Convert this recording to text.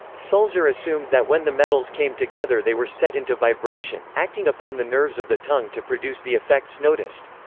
sulzer assumed that when the metals came together they were set into vibration, acting upon the nerves of the tongue to produce the effects noticed.